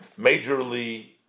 majorly